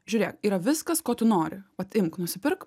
žiūrėk yra viskas ko tu nori vat imk nusipirk